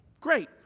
great